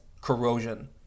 corrosion